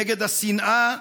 נגד השנאה,